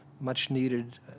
much-needed